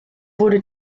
wurde